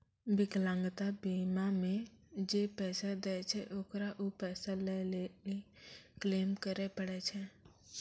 विकलांगता बीमा मे जे पैसा दै छै ओकरा उ पैसा लै लेली क्लेम करै पड़ै छै